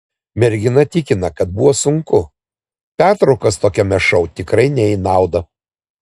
mergina tikina kad buvo sunku pertraukos tokiame šou tikrai ne į naudą